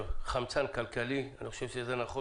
"חמצן כלכלי" - אני חושב שהמושג הזה נכון